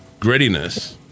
grittiness